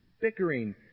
bickering